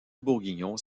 bourguignon